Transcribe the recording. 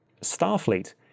Starfleet